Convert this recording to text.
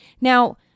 Now